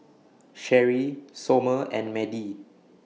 Sherry Somer and Madie